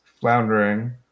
floundering